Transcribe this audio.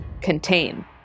contain